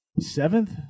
seventh